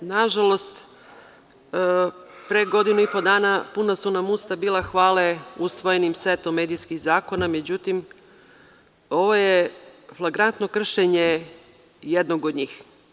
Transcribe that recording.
Nažalost, pre godinu i po dana, puna su nam usta bila hvale, usvojenim setom medijskih zakone, međutim ovo je flagrantno kršenje jednog od njih.